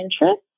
interest